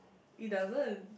he doesn't